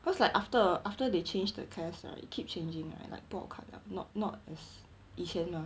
cause like after after they change the casts right keep changing right like 不好看了 not not as 以前 lah